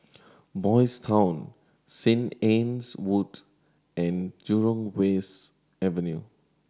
Boys' Town Saint Anne's Wood and Jurong West Avenue